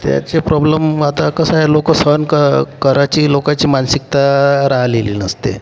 त्याचे प्रॉब्लेम आता कसं आहे लोक सहन क करायची लोकांची मानसिकता राहिलेली नसते